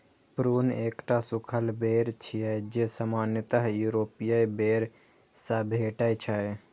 prune एकटा सूखल बेर छियै, जे सामान्यतः यूरोपीय बेर सं भेटै छै